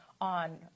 on